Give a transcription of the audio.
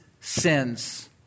sins